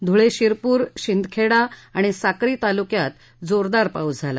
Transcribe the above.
धुळे शिरपूर शिंदखेडा आणि साक्री तालुक्यात जोरदार पाऊस झाला